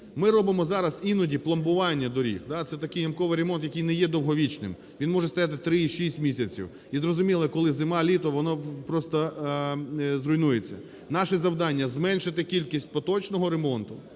Ми робимо зараз іноді пломбування доріг, це такий ямковий ремонт, який не є довговічним. Він може стояти 3, 6 місяців. І зрозуміло, коли зима, літо, воно просто зруйнується. Наше завдання зменшити кількість поточного ремонту